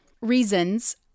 reasons